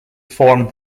formed